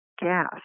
gas